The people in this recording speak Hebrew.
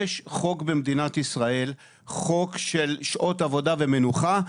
יש במדינת ישראל חוק של שעות עבודה ומנוחה,